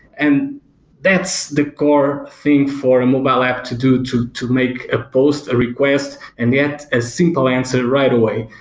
and that's the core thing for and mobile app to do to to make a post, a request, and get a simple answer right away.